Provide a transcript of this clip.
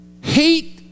Hate